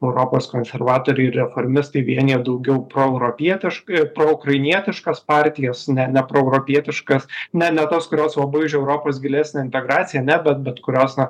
europos konservatoriai reformistai vienija daugiau proeuropietiškai proukrainietiškas partijas ne ne proeuropietiškas ne ne tas kurios labai žiaurokos gilesnė integracija ne bet bet kurios na